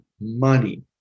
money